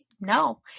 no